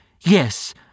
Yes